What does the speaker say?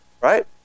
Right